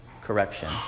correction